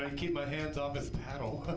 and keep my hands off his paddle,